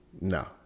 No